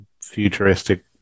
futuristic